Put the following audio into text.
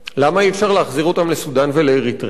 למה אי-אפשר להחזיר אותם לסודן ולאריתריאה?